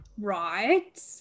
Right